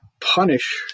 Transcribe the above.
punish